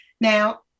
Now